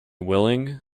willing